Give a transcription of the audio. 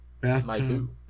bathtub